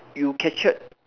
you captured